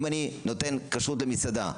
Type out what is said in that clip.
אם אני נותן כשרות למסעדה,